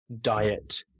diet